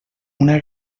una